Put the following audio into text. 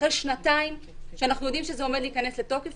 אחרי שנתיים שאנחנו יודעים שזה עומד להיכנס לתוקף,